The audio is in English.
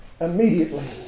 Immediately